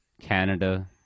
Canada